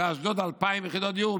באשדוד, 2,000 יחידות דיור.